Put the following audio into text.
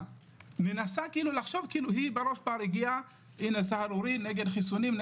- מנסה לחשוב כאילו הגיע סהרורי נגד חיסונים.